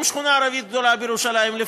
גם שכונה ערבית גדולה בירושלים.